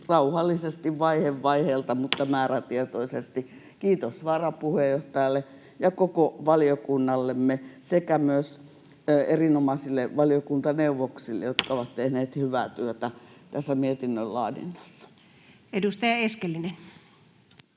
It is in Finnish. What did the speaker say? rauhallisesti vaihe vaiheelta mutta määrätietoisesti. Kiitos varapuheenjohtajalle ja koko valiokunnallemme sekä myös erinomaisille valiokuntaneuvoksille, jotka ovat tehneet hyvää tuota tässä mietinnön laadinnassa. [Speech